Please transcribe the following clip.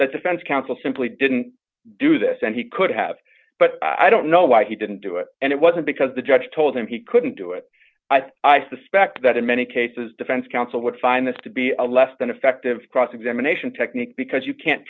that defense counsel simply didn't do this and he could have but i don't know why he didn't do it and it wasn't because the judge told him he couldn't do it i think i suspect that in many cases defense counsel would find this to be a less than effective cross examination technique because you can't